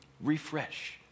refresh